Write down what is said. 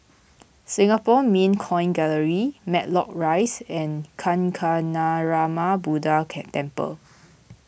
Singapore Mint Coin Gallery Matlock Rise and Kancanarama Buddha Temple